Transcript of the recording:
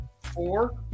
four